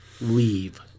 Leave